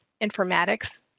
informatics